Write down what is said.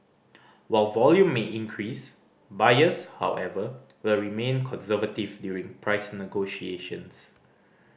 while volume may increase buyers however will remain conservative during price negotiations